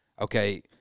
okay